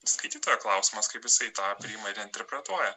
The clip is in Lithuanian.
skaitytojo klausimas kaip jisai tą priima ir interpretuoja